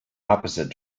opposite